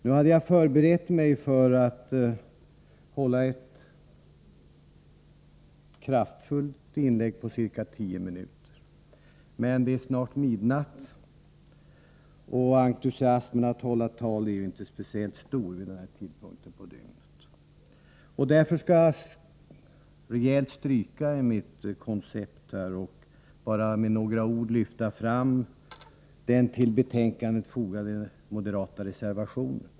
Jag hade förberett mig för att hålla ett kraftfullt inlägg på ca tio minuter, men det är nu snart midnatt, och entusiasmen för att hålla tal är inte speciellt stor vid denna tid på dygnet. Jag skall därför rejält stryka i mitt koncept och bara med några ord lyfta fram den vid betänkandet fogade moderata reservationen.